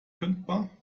kündbar